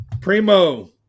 Primo